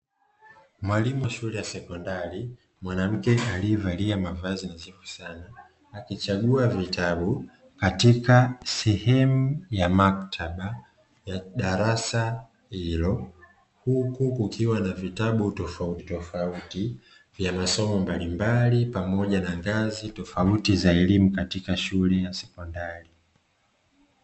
Mwalimu wa shule ya sekondari mwanamke aliyevalia mavazi nadhifu sana, akichagua vitabu katika sehemu ya maktaba ya darasa hilo, huku kukiwa na vitabu tofautitofauti vya masomo mbalimbali pamoja na ngazi tofauti za elimu katika shule ya sekondari.